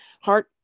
heart